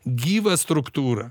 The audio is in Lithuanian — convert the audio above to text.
gyvą struktūrą